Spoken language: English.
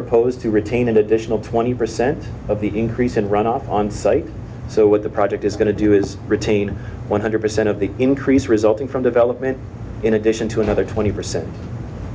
propose to retain an additional twenty percent of the increase in runoff on site so what the project is going to do is retain one hundred percent of the increase resulting from development in addition to another twenty percent